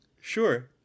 Sure